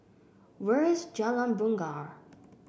where is Jalan Bungar